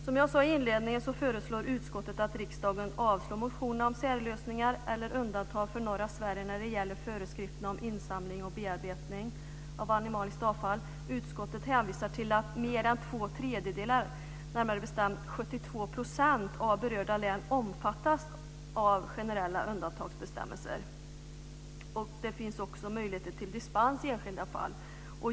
Som jag sade i inledningen förslår utskottet att riksdagen avslår motioner om särlösningar eller undantag för norra Sverige när det gäller föreskrifterna om insamling och bearbetning av animaliskt avfall. Utskottet hänvisar till att mer än två tredjedelar, närmare bestämt 72 %, av berörda län omfattas av generella undantagsbestämmelser och att det dessutom finns möjligheter till dispens i enskilda fall.